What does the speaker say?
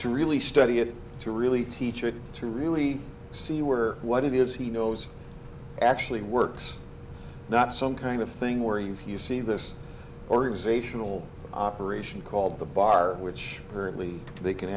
to really study it to really teach it to really see where what it is he knows actually works not some kind of thing where you can you see this organizational operation called the bar which currently they can